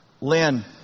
Lynn